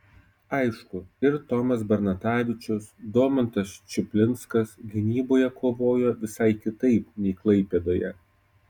aišku ir tomas bernatavičius domantas čuplinskas gynyboje kovojo visai kitaip nei klaipėdoje